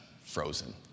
frozen